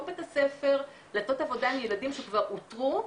בית הספר לעשות עבודה עם ילדים שכבר אותרו,